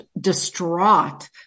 distraught